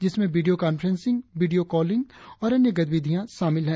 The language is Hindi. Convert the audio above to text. जिसमें वीडियों कांफ्रेंसिंग वीडियों कॉलिंग और अन्य गतिविधियों शामिल हैं